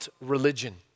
religion